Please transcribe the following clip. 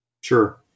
Sure